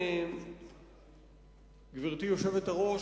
גברתי היושבת-ראש,